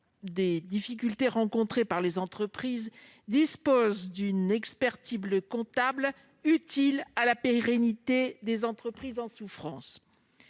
des difficultés rencontrées sur le terrain, disposent d'une expertise comptable utile à la pérennité des entreprises en souffrance.